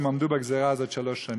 והם עמדו בגזירה הזאת שלוש שנים.